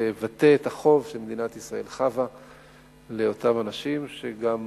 לבטא את החוב שמדינת ישראל חבה לאותם אנשים שגם